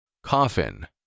Coffin